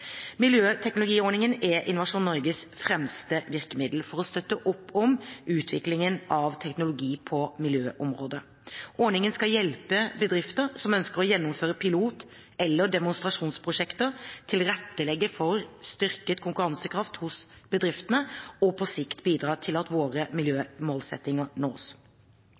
Miljøteknologiordningen er Innovasjon Norges fremste virkemiddel for å støtte opp om utviklingen av teknologi på miljøområdet. Ordningen skal hjelpe bedrifter som ønsker å gjennomføre pilot- eller demonstrasjonsprosjekter, tilrettelegge for styrket konkurransekraft hos bedriftene og på sikt bidra til at våre miljømålsettinger nås.